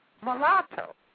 mulatto